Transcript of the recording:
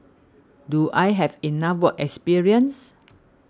do I have enough work experience